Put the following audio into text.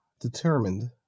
determined